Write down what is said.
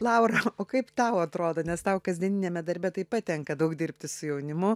laura o kaip tau atrodo nes tau kasdieniniame darbe taip pat tenka daug dirbti su jaunimu